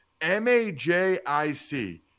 M-A-J-I-C